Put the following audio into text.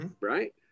Right